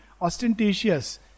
ostentatious